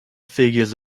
figurines